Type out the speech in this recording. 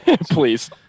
Please